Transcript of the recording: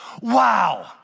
Wow